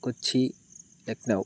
Kochi Lucknow